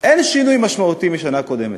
אין שינוי משמעותי מהשנה הקודמת.